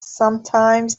sometimes